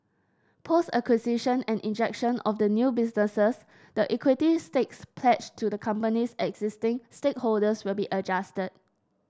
post acquisition and injection of the new businesses the equity stakes pledged to the company's existing stakeholders will be adjusted